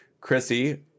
Chrissy